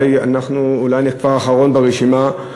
נהפך לאחרון ברשימה,